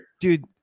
Dude